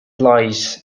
lies